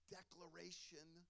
declaration